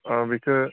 अ बिखो